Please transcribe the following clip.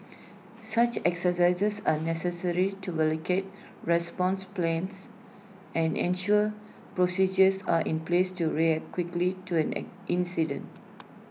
such exercises are necessary to validate response plans and ensure procedures are in place to react quickly to an an incident